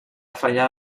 fallar